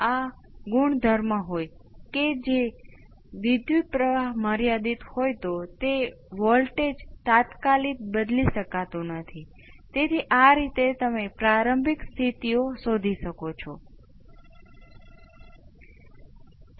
ચાલો આપણે આ કોર્સમાં કેવી રીતે કર્યું છે તે સામાન્ય સરળ વસ્તુથી કરીએ જે આ છે કે આ કેવી રીતે હલ કરવું હું તેને ઘટાડવાનો પ્રયત્ન કરીશ અને તે પણ કરીશ તે જ રીતે હું જ્યારે અચળ શોધીસ જ્યાંરે અચળ ઇનપુટ હોય ત્યારે હું ચલ બદલીશ